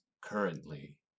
currently